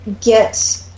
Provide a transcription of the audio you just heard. get